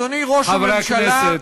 חברי הכנסת.